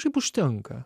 šiaip užtenka